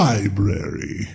Library